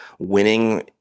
winning